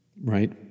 right